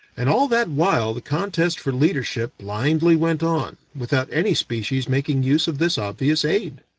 and all that while the contest for leadership blindly went on, without any species making use of this obvious aid.